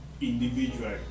Individual